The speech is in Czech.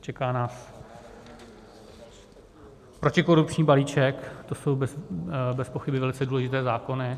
Čeká nás protikorupční balíček, to jsou bezpochyby velice důležité zákony.